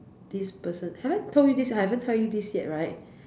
this person have I told you this I haven't tell you this yet right